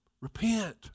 Repent